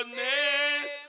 name